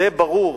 זה יהיה ברור,